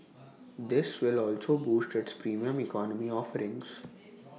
this will also boost its Premium Economy offerings